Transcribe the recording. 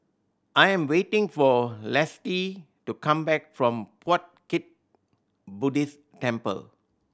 I am waiting for Lisette to come back from Puat Jit Buddhist Temple